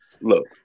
look